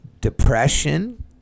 depression